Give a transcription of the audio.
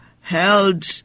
held